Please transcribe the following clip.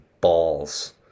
balls